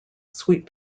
sweet